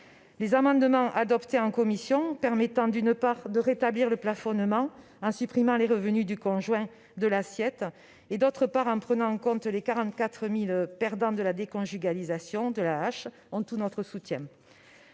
Les amendements adoptés en commission, qui permettent, d'une part, de rétablir le plafonnement en supprimant les revenus du conjoint de l'assiette et, d'autre part, de prendre en compte les 44 000 perdants de la déconjugalisation de l'AAH, ont tout notre soutien.